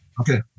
Okay